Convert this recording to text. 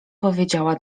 powiedziała